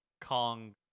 Kong